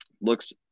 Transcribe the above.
looks –